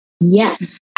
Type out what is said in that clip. Yes